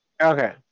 Okay